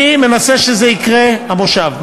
אני מנסה שזה יקרה המושב.